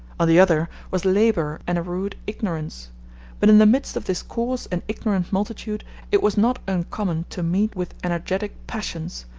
on the other was labor and a rude ignorance but in the midst of this coarse and ignorant multitude it was not uncommon to meet with energetic passions,